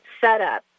setup